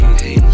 hey